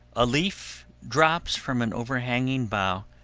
a leaf drops from an overhanging bough,